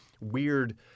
weird